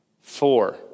Four